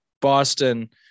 Boston